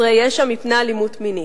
הגנת קטינים וחסרי ישע מפני אלימות מינית.